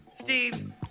Steve